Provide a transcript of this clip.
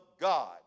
God